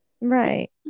Right